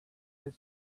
the